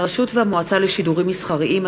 57) (הרשות והמועצה לשידורים מסחריים),